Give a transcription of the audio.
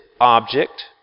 object